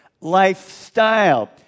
Lifestyle